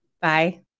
Bye